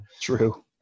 true